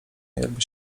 jakby